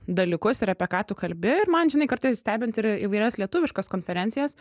dalykus ir apie ką tu kalbi ir man žinai kartais stebint ir įvairias lietuviškas konferencijas